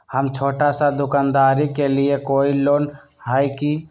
हम छोटा सा दुकानदारी के लिए कोई लोन है कि?